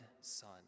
son